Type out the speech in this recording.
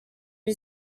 new